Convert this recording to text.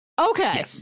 okay